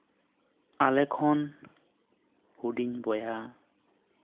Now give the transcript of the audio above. ᱟᱞᱮ ᱠᱷᱚᱱ ᱦᱩᱰᱤᱧ ᱵᱚᱭᱦᱟ